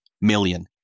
million